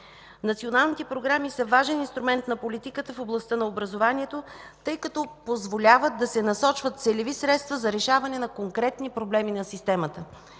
Националните програми са важен инструмент на политиката в областта на образованието, тъй като позволяват да се насочват целеви средства за решаване на конкретни проблеми на системата.